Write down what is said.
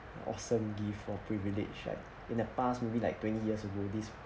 awesome gift or privilege in the past maybe like twenty years ago this